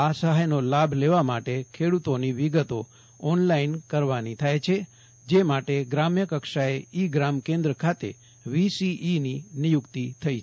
આ સફાયનો લાભ લેવા અંગે ખેડૂતોની વિગતો ઓનલાઇન કરવાની થાય છે જે માટે ગ્રામ્યકક્ષાએ ઇ ગ્રામ કેન્દ્ર ખાતે વીસીઇની નિયુકિત થઇ છે